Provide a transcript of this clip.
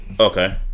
Okay